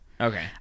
Okay